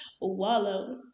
wallow